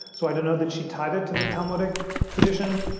so i do know that she tied it to the talmudic tradition.